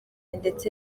ndetse